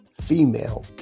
female